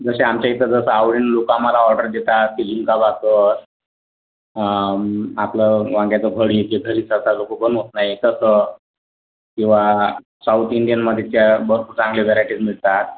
जशा आमच्या इथं जसं आवडीनं लोकं आम्हाला ऑर्डर देतात की झुणकाभाकर आपलं वांग्याचं भरीत जे घरी आता सहजी लोकं बनवत नाही तसं किवा साऊथ इंडियन मध्येच्या भरपूर चांगल्या व्हेरायटीज मिळतात